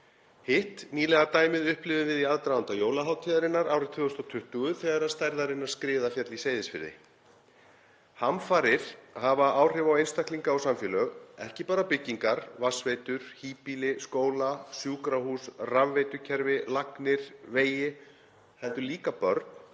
Hitt nýlega dæmið upplifðum við í aðdraganda jólahátíðarinnar árið 2020 þegar stærðarinnar skriða féll á Seyðisfirði. Hamfarir hafa áhrif á einstaklinga og samfélög, ekki bara byggingar, vatnsveitur, híbýli, skóla, sjúkrahús, rafveitukerfi, lagnir, vegi heldur líka börn,